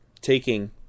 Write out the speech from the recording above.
taking